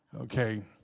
Okay